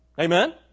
Amen